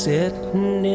Sitting